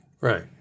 Right